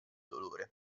dolore